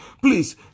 Please